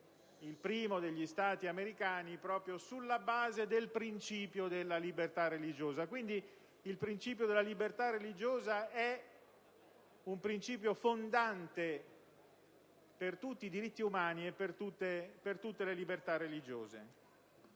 il primo degli Stati americani sulla base del principio della libertà religiosa. Quindi, il principio della libertà religiosa è un principio fondante per tutti i diritti umani e per tutte le confessioni religiose.